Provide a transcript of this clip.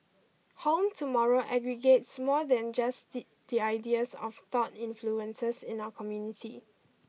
Home Tomorrow aggregates more than just the the ideas of thought influences in our community